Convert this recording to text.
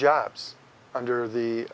jobs under the